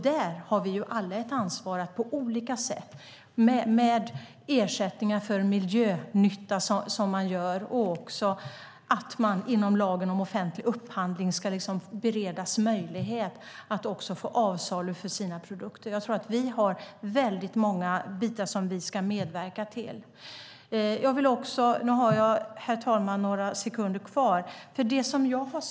Där har vi alla ett ansvar för att på olika sätt genom ersättningar för den miljönytta som görs och genom att man inom ramen för lagen om offentlig upphandling bereds möjlighet till avsättning för sina produkter. Jag tror att vi där har väldigt många bitar att medverka till. Herr talman! Några sekunder av min talartid återstår.